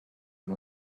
and